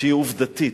שהיא עובדתית.